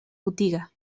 botiga